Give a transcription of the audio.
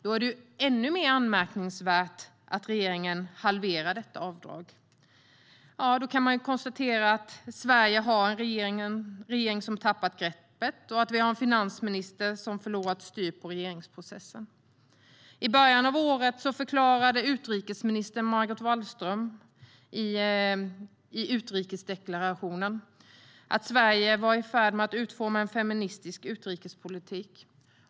Då är det ännu mer anmärkningsvärt att regeringen halverar detta avdrag. Ja, då kan man konstatera att Sverige har en regering som tappat greppet och att vi har en finansminister som förlorat styrningen av regeringsprocessen. I början av året förklarade utrikesminister Margot Wallström i utrikesdeklarationen att Sverige var i färd med att utforma en feministisk utrikespolitik.